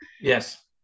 Yes